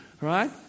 right